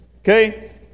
Okay